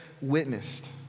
witnessed